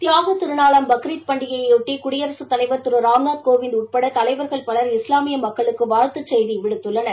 தியாகத் திருநாளாம் பக்ரித் பண்டிகையைபொட்டி குடியரசுத் தலைவர் திரு ராம்நாத் கோவிந்த் உட்பட தலைவர்கள் பலர் இஸ்லாமிய மக்களுக்கு வாழ்த்துச் செய்தி விடுத்துள்ளார்